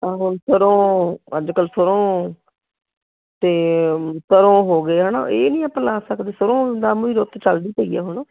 ਤਾਂ ਹੁਣ ਸਰ੍ਹੋਂ ਅੱਜ ਕੱਲ੍ਹ ਸਰ੍ਹੋਂ ਅਤੇ ਸਰ੍ਹੋਂ ਹੋ ਗਏ ਹੈ ਨਾ ਇਹ ਨਹੀਂ ਆਪਾਂ ਲਾ ਸਕਦੇ ਸਰ੍ਹੋਂ ਦਾ ਮ ਰੁੱਤ ਚੱਲਦੀ ਪਈ ਆ ਹੁਣ